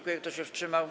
Kto się wstrzymał?